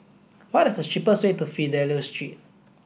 what is the cheapest way to Fidelio Street